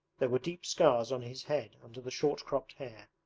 there were deep scars on his head under the short-cropped hair.